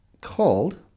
Called